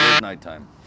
nighttime